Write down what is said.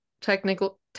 technical